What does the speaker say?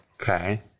okay